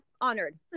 honored